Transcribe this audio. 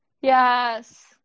yes